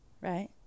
right